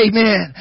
Amen